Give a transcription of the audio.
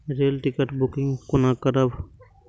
Rail ticket booking कोना करब?